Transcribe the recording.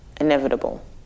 inevitable